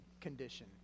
condition